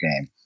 game